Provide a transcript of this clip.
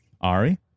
ari